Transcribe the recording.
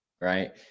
right